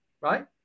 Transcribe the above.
right